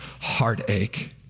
heartache